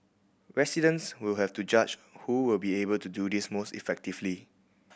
residents will have to judge who will be able to do this most effectively